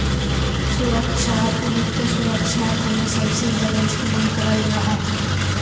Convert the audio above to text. सुरक्षाक वित्त सुरक्षार तने सबसे ज्यादा इस्तेमाल कराल जाहा